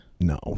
No